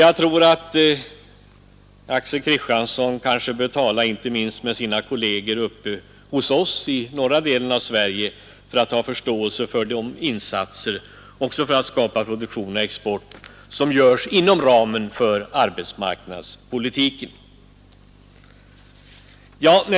Axel Kristiansson kanske bör tala med inte minst sina kolleger uppe hos oss i norra delen av Sverige för att förstå vilka insatser, också för att skapa produktion och export, som görs inom ramen för arbetsmarknadspolitiken.